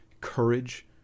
courage